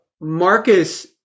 Marcus